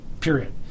period